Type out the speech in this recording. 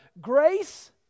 grace